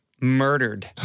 murdered